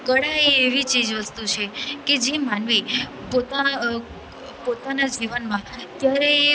કળા એ એવી ચીજવસ્તુ છે કે જે માનવી પોતાના પોતાના જીવનમાં ક્યારે